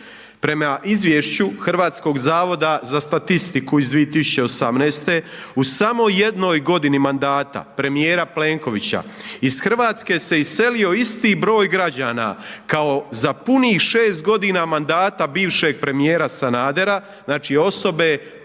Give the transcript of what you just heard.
Prema izvješću Hrvatskog zavoda za statistiku iz 2018. u samo jednoj godini mandata premijera Plenkovića, iz Hrvatske se iselio isti broj građana kao za punih 6 g. mandata bivšeg premijera Sanadera, znači osobe